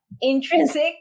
Intrinsic